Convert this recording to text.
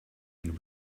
and